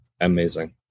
Amazing